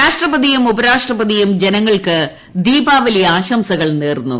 രാഷ്ട്രപതിയും ഉപരാഷ്ട്രപതിയും ജനങ്ങൾക്ക് ദീപാവലി ആശംസകൾ നേർന്നു